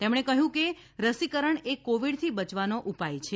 તેમણે કહ્યું કે રસીકરણ એ કોવીડથી બચવાનો ઉપાય છે